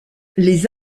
les